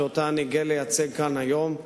שאותה אני גאה לייצג כאן היום,